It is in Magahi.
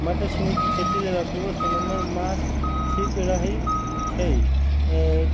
मट्टरछिमि के खेती लेल अक्टूबर से नवंबर मास ठीक रहैछइ